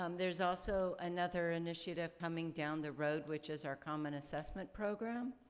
um there's also another initiative coming down the road which is our common assessment program